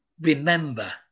remember